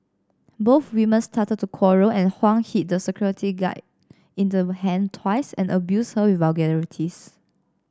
both women started to quarrel and Huang hit the security guy in the hand twice and abused her with vulgarities